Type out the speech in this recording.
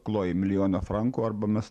kloji milijoną frankų arba mes